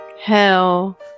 Hell